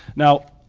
now,